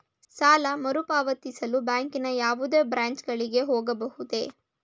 ಸಾಲ ಮರುಪಾವತಿಸಲು ಬ್ಯಾಂಕಿನ ಯಾವುದೇ ಬ್ರಾಂಚ್ ಗಳಿಗೆ ಹೋಗಬಹುದೇ?